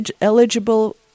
eligible